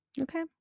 Okay